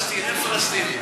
לא,